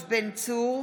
גולן,